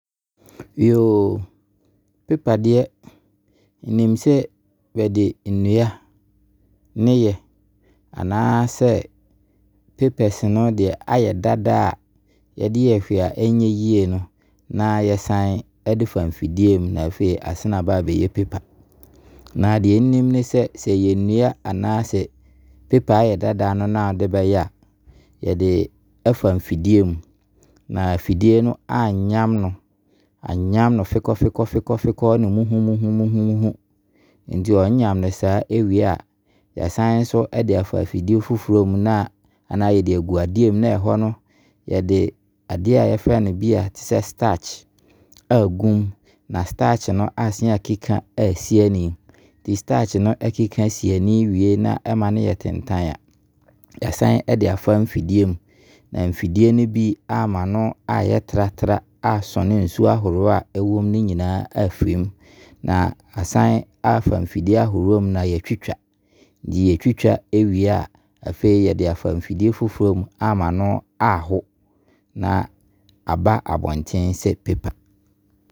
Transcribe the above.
paper deɛ nnim sɛ yɛde nnua ne yɛ. Anaa sɛ papers no deɛ ayɛ dadaa a yɛde yɛhwee a ɛnyɛ yie no na yɛsane [de fa mfidie mu na afei asane aba abɛyɛ paper. Na deɛ nnim ne sɛ, sɛ ɛyɛ nnua anaa sɛ paper a ayɛ dadaa no na wo de bɛyɛ a, yɛde ɛfa mfidie mu. Na afidie no ayam no, ayam no fikɔfikɔ fikɔfikɔ fikɔfikɔ ɛne muhumuhu muhumuhu muhumuhu. Nti ɔyam no saa ɛwie a, yɛsan nso ɛde afa afidie foforɔ mu na anaa yɛde agu adeɛ mu. Na hɔ no, yɛde adeɛ bi a yɛfrɛ no te sɛ starch agu mu. Na starch no asan akeka asi anii. Nti starch no ɛkeka si ani wie a na ɛma no yɛtentann a, yɛasane ɛde afa mfidie mu. Na afidie no bi ama no ayɛ tratra asɔne nsuo ahoroɔ a ɛmu no nyinaa afiri mu. Na asane afa mfidie ahoroɔ mu na yɛatwitwa. Nti, yɛtwitwa wie a afei yɛde afa mfidie foforɔ mu ama no aho na aba abontene sɛ paper.